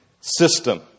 system